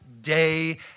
day